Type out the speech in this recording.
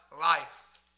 life